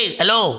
hello